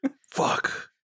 Fuck